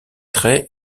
très